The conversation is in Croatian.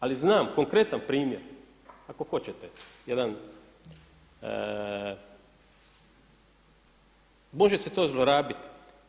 Ali znam konkretan primjer ako hoćete jedan, može se to zlorabit.